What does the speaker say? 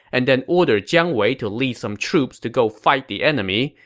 and then ordered jiang wei to lead some troops to go fight the enemy,